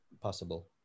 possible